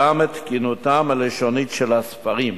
גם את תקינותם הלשונית של הספרים.